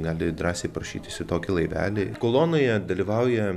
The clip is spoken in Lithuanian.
gali drąsiai prašytis į tokį laivelį kolonoje dalyvauja